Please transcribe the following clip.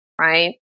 Right